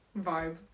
vibe